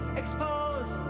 expose